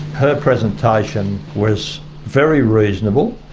her presentation was very reasonable.